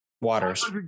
Waters